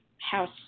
house